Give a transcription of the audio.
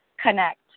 connect